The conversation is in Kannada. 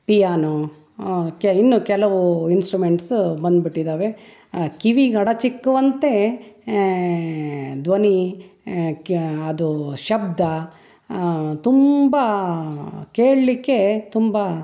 ಪಿಯಾನೊ ಕೆ ಇನ್ನೂ ಕೆಲವು ಇನ್ಸ್ಟ್ರುಮೆಂಟ್ಸು ಬಂದ್ಬಿಟ್ಟಿದ್ದಾವೆ ಕಿವಿಗೆ ಅಡಚಿಕ್ಕುವಂತೆ ಧ್ವನಿ ಅದು ಶಬ್ದ ತುಂಬ ಕೇಳಲಿಕ್ಕೆ ತುಂಬ